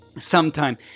sometime